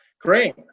Great